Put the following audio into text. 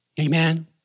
Amen